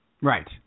Right